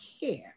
care